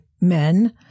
men